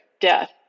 death